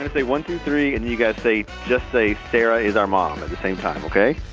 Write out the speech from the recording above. to say one, two, three. and you guys say just say sarah is our mom at the same time, ok?